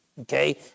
Okay